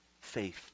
faith